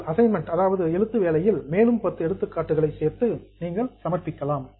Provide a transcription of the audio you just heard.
உங்கள் அசைன்மென்ட் எழுத்து வேலையில் மேலும் 10 எடுத்துக்காட்டுகள் சேர்த்து நீங்கள் சமர்ப்பிக்கலாம்